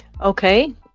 Okay